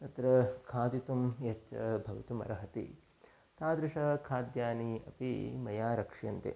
अत्र खादितुं यच्च भवितुम् अर्हति तादृशखाद्यानि अपि मया रक्ष्यन्ते